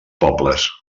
pobles